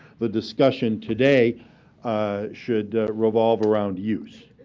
the discussion today ah should revolve around use,